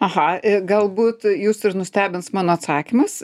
aha galbūt jūs ir nustebins mano atsakymas